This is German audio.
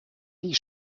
die